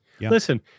listen